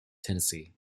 tennessee